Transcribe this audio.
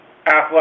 athletic